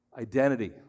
identity